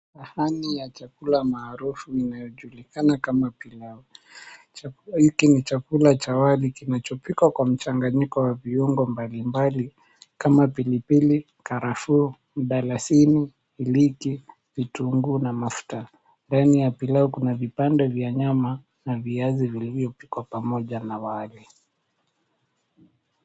Mahali ya chakula maarufu inayojulikana kama pilau, chakula hiki ni chakula cha wali kinachopikwa kwa mchanganyiko wa viungo mbalimbali kama pilipili, karafu, mdalasini, iliki, vitungu na mafuta ndani ya pilau, kuna vipande vya nyama na viazi vilivyo pikwa pamoja na viazi.